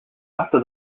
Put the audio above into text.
after